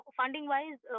funding-wise